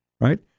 Right